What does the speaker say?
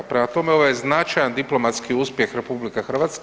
Prema tome, ovo je značajan diplomatski uspjeh RH.